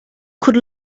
could